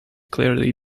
clearly